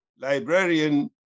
librarian